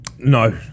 No